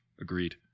Agreed